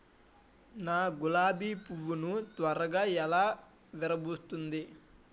నా గులాబి పువ్వు ను త్వరగా ఎలా విరభుస్తుంది?